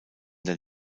der